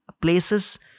Places